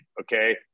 okay